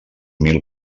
mil